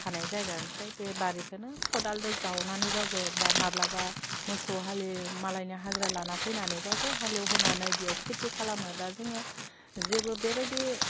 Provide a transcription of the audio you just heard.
थानाय जायगा ओमफ्राय बे बारिखौनो खदालजों जावनानैबाबो बा माब्लाबा मोसौ हालि मालायनि हाजिरा लाना फैनानैबाबो हालेवहोनानै बेयाव खेथि खालामो दा जोङो जेबो बेबायदि